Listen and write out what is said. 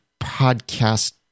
podcast